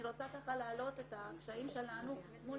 אני רוצה להעלות את הקשיים שלנו מול